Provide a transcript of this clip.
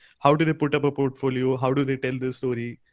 how do they put up a portfolio? how do they tell the story?